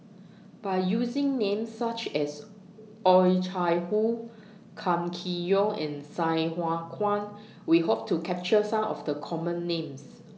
By using Names such as Oh Chai Hoo Kam Kee Yong and Sai Hua Kuan We Hope to capture Some of The Common Names